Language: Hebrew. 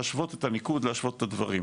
להשוות את המיקוד, להשוות את הדברים.